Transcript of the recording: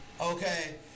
Okay